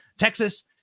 Texas